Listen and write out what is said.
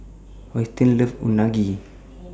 Austen loves Unagi